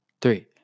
Three